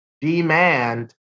demand